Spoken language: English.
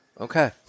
Okay